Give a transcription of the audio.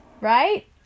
right